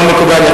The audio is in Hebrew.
לא מקובל,